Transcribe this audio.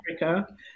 Africa